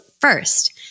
first